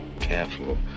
careful